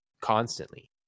constantly